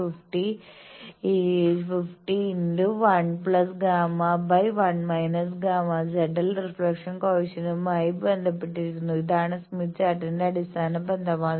ZL 501Γ1 Γ ZL reflection കോയെഫിഷ്യന്റുമായി ബന്ധപ്പെട്ടിരിക്കുന്നു ഇതാണ് സ്മിത്ത് ചാർട്ടിന്റെ അടിസ്ഥാന ബന്ധം